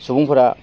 सुबुंफोरा